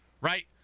right